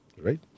right